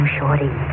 Shorty